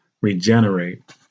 regenerate